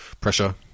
pressure